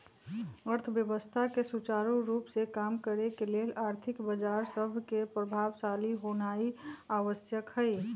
अर्थव्यवस्था के सुचारू रूप से काम करे के लेल आर्थिक बजार सभके प्रभावशाली होनाइ आवश्यक हइ